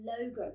logo